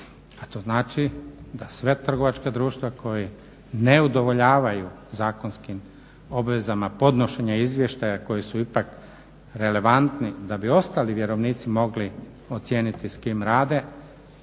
a to znači da sva trgovačka društva koja ne udovoljavaju zakonskih obvezama podnošenje izvještaja koji su ipak relevantni da bi ostali vjerovnici mogli ocijeniti s kim rade